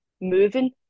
moving